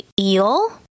eel